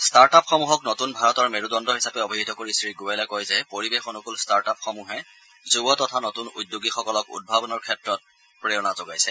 ষ্টাৰ্টআপসমূহক নতূন ভাৰতৰ মেৰুদণ্ড হিচাপে অভিহিত কৰি শ্ৰীগোৱেলে কয় যে পৰিৱেশ অনূকুল ষ্টাৰ্টআপসমূহে যুৱ তথা নতুন উদ্যোগীসকলক উদ্ভাৱনৰ ক্ষেত্ৰত প্ৰেৰণা যোগাইছে